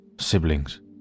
Siblings